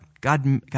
God